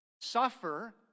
suffer